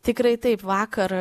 tikrai taip vakar